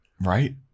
Right